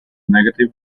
negative